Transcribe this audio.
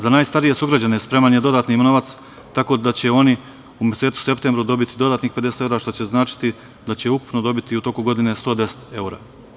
Za najstarije sugrađane spreman je dodatni novac, tako da će oni u mesecu septembru dobiti dodatnih 50 evra, što će značiti da će ukupno dobiti u toku godine 110 evra.